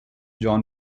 john